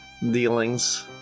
dealings